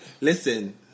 Listen